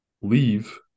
leave